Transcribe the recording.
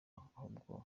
ahubwo